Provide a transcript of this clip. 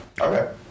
Okay